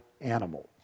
animal